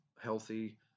healthy